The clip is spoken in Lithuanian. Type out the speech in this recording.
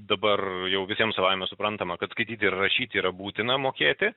dabar jau visiem savaime suprantama kad skaityti ir rašyti yra būtina mokėti